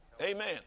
Amen